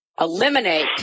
eliminate